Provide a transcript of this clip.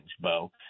Bo